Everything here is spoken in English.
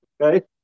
Okay